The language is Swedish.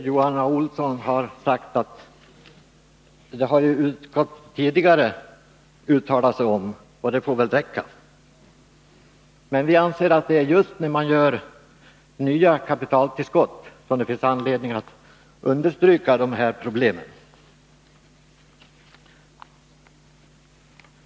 Johan A. Olsson sade att utskottet tidigare har uttalat sig om detta och att det får räcka. Men vi anser att det är just när man ger nya kapitaltillskott som det finns anledning att understryka de här problemen.